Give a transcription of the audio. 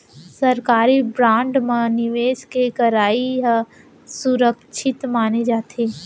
सरकारी बांड म निवेस के करई ह सुरक्छित माने जाथे